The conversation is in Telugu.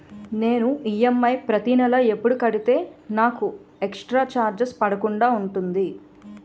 నేను ఈ.ఎమ్.ఐ ప్రతి నెల ఎపుడు కడితే నాకు ఎక్స్ స్త్ర చార్జెస్ పడకుండా ఉంటుంది?